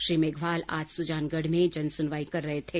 श्री मेघवाल आज सुजानगढ़ में जनसुनवाई कर रहे थे